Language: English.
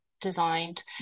designed